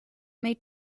may